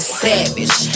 savage